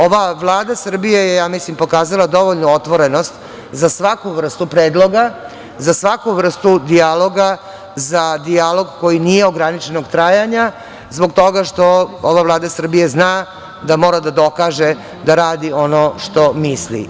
Ova Vlada Srbije je, ja mislim, pokazala dovoljnu otvorenost za svaku vrstu predloga, za svaku vrstu dijaloga, za dijalog koji nije ograničenog trajanja, zbog toga što ova Vlada Srbije zna da mora da dokaže da radi ono što misli.